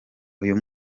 uyu